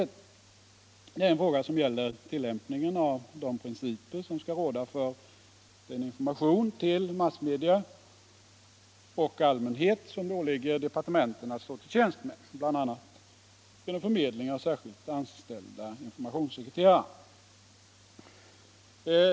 Det är en fråga som gäller tillämpningen av de principer som skall råda för den information till massmedia och allmänhet som det åligger departementen att stå till tjänst med, bl.a. genom förmedling av särskilt anställda informationssekreterare.